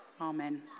Amen